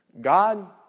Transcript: God